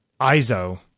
ISO